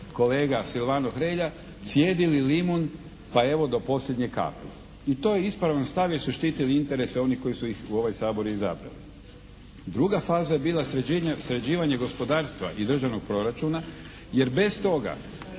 kolega Silvano Hrelja cijedili limun pa evo do posljednje kapi. I to je ispravan stav jer su štitili interese oni koji su ih u ovaj Sabor izabrali. Druga faza je bila sređivanje gospodarstva iz državnog proračuna jer bez toga